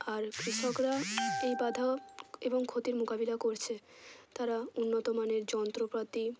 আর কৃষকরা এই বাঁধা এবং ক্ষতির মোকাবিলা করছে তারা উন্নত মানের যন্ত্রপ্রাতি